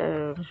তাৰ